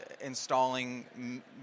installing